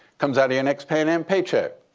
comes out of your next pan em paycheck.